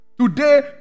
Today